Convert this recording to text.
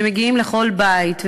שמגיעים לכל בית,